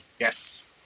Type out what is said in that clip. Yes